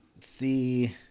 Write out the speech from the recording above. see